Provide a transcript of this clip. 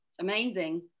Amazing